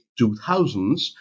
2000s